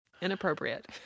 inappropriate